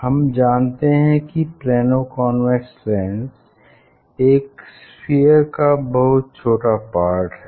हम जानते हैं की प्लानो कॉन्वेक्स लेंस एक स्फीयर का बहुत छोटा पार्ट है